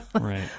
right